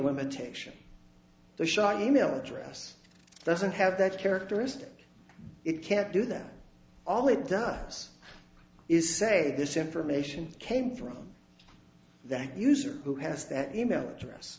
limitation the shah e mail address doesn't have that characteristic it can't do that all it does is say this information came from that user who has that e mail address